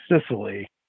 Sicily